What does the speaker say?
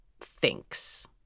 thinks